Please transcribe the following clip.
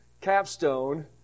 Capstone